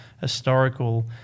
historical